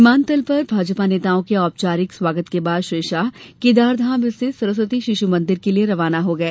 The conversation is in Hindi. विमानतल पर भाजपा नेताओं के औपचारिक स्वागत के बाद श्री शाह केदारधाम स्थित सरस्वती शिश् मंदिर के लिए रवाना हो गए